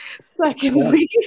Secondly